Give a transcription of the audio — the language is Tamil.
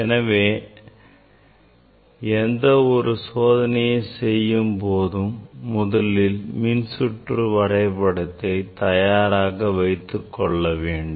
எனவே எந்த ஒரு சோதனையை செய்யும் போதும் முதலில் மின்சுற்று வரைபடத்தை தயாராக வைத்துக்கொள்ள வேண்டும்